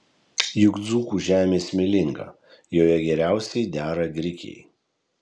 juk dzūkų žemė smėlinga joje geriausiai dera grikiai